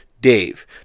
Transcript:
Dave